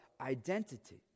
identity